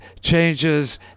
changes